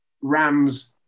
Rams